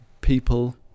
people